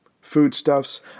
foodstuffs